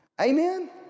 Amen